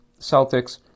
Celtics